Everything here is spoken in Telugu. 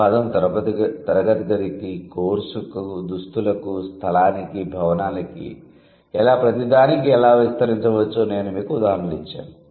ఆ పదం తరగతి గదికి కోర్సుకు దుస్తులకు స్థలానికి భవనానికి ఇలా ప్రతిదానికీ ఎలా విస్తరించవచ్చో నేను మీకు ఉదాహరణలు ఇచ్చాను